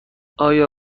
آیا